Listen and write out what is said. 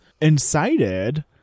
incited